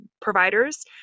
providers